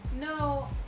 No